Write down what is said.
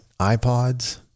iPods